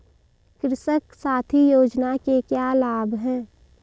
कृषक साथी योजना के क्या लाभ हैं?